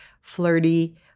flirty